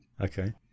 Okay